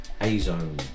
A-Zone